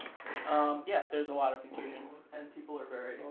um yeah, there's a lot of confusion and people are very,